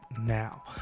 Now